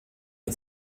der